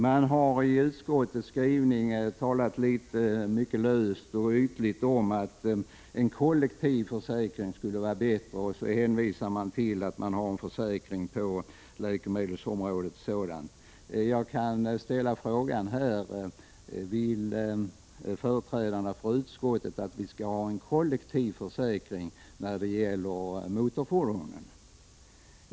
Man har i utskottets skrivning talat litet löst och ytligt om att en kollektiv försäkring skulle vara bättre, och så hänvisar man till att en sådan försäkring finns på läkemedelsområdet. Jag vill då ställa frågan: Vill företrädarna för utskottet att vi skall ha en kollektiv försäkring när det gäller motorfordon?